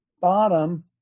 bottom